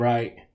Right